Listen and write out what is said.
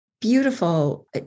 beautiful